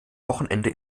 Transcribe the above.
wochenende